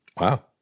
wow